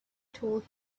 told